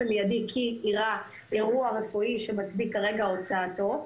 מיידי כי אירע אירוע רפואי שמצדיק כרגע הוצאתו,